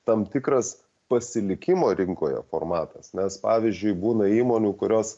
tam tikras pasilikimo rinkoje formatas nes pavyzdžiui būna įmonių kurios